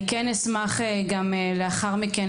אני כן אשמח גם לאחר מכן,